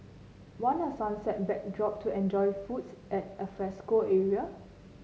want a sunset backdrop to enjoy foods at alfresco area